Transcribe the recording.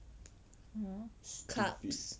hmm clubs